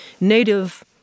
native